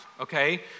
okay